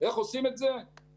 איך עושים את זה כחוק.